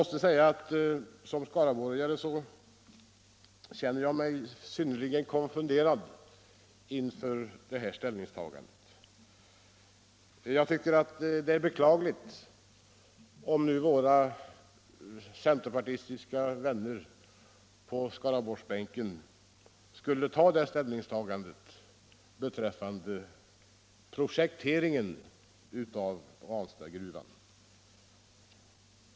Som skaraborgare känner jag mig synnerligen konfunderad över detta ställningstagande. Jag tycker att det är beklagligt om våra centerpartistiska vänner på Skaraborgsbänken fullföljer det ställningstagandet till projek teringen av Ranstadsgruvan.